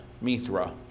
Mithra